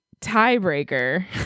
Tiebreaker